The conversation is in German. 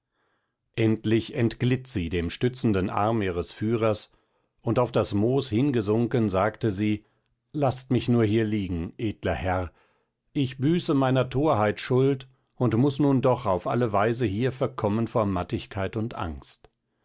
endlich entglitt sie dem stützenden arm ihres führers und auf das moos hingesunken sagte sie laßt mich nur hier liegen edler herr ich büße meiner torheit schuld und muß nun doch auf alle weise hier verkommen vor mattigkeit und angst